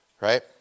right